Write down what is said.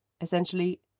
essentially